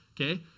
Okay